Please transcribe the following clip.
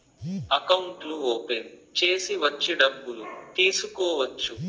అకౌంట్లు ఓపెన్ చేసి వచ్చి డబ్బులు తీసుకోవచ్చు